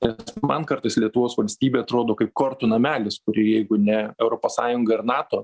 ir man kartais lietuvos valstybė atrodo kaip kortų namelis kurį jeigu ne europos sąjunga ir nato